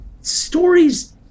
stories